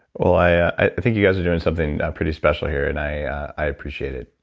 well i think you guys are doing something pretty special here and i i appreciate it.